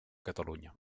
catalunya